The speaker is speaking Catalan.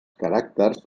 caràcters